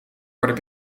worden